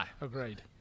agreed